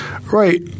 Right